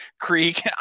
creek